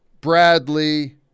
Bradley